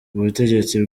ubutegetsi